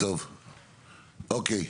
טוב, אוקיי.